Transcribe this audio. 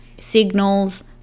signals